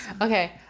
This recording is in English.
Okay